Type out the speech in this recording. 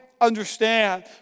understand